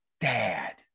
dad